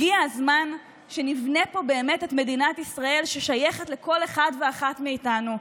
הגיע הזמן שנבנה פה באמת את מדינת ישראל ששייכת לכל אחד ואחת מאיתנו,